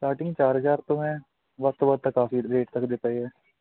starting ਚਾਰ ਹਜ਼ਾਰ ਤੋਂ ਐ ਵੱਧ ਤੋਂ ਵੱਧ ਤਾਂ ਕਾਫੀ ਰੇਟ ਤੱਕ ਦੇ ਪਏ ਐ